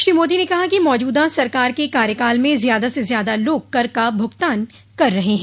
श्री मादी ने कहा कि मौजूदा सरकार के कायकाल में ज्यादा से ज्यादा लोग कर का भुगतान कर रहे हैं